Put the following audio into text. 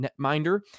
netminder